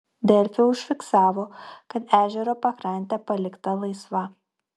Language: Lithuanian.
delfi užfiksavo kad ežero pakrantė palikta laisva